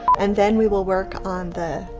and then, we will work on the,